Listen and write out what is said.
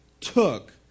took